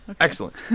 excellent